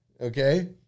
Okay